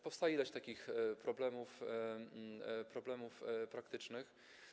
Powstaje ileś takich problemów, problemów praktycznych.